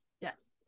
yes